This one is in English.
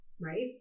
right